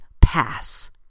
pass